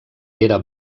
era